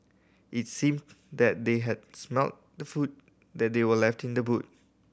its seemed that they had smelt the food that they were left in the boot